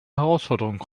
herausforderungen